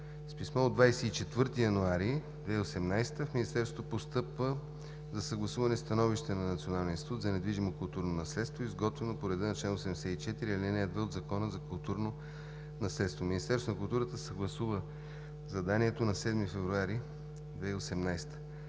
С писмо от 24 януари 2018 г. в Министерството на културата постъпва за съгласуване становище на Националния институт за недвижимо културно наследство, изготвено по реда на чл. 84, ал. 2 от Закона за културно наследство. Министерството на културата съгласува заданието на 7 февруари 2018